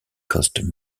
caused